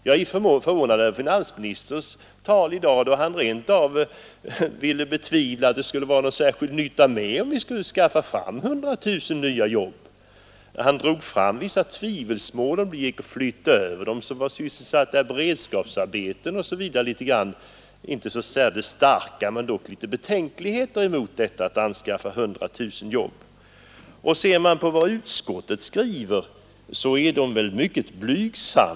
Jag är förvånad över finansministerns tal i dag, då han rent av ville betvivla att det skulle vara någon särskild nytta med att skaffa fram 100 000 nya jobb. Han drog i tvivelsmål att det skulle gå att flytta över dem som var sysselsatta i beredskapsarbeten osv., och skilt starka betänkligheter mot denna vår - målsättning. Den ekonomiska pp Utskottets skrivning är också mycket blygsam.